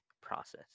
process